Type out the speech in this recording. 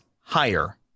higher